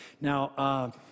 Now